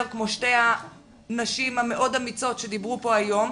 כמו שתי הנשים המאוד אמיצות שדיברו פה היום,